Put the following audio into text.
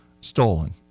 Stolen